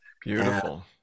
beautiful